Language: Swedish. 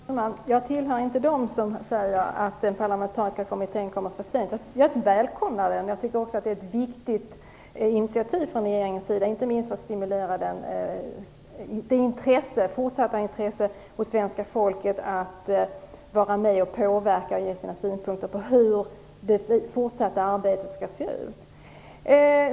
Fru talman! Jag tillhör inte dem som säger att den parlamentariska kommittén kommer för sent. Jag välkomnar den. Jag tycker att det är ett viktigt initiativ från regeringens sida, inte minst för att stimulera till ett fortsatt intresse hos svenska folket för att vara med och påverka och ge sina synpunkter på hur det fortsatta arbetet skall se ut.